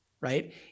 right